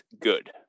good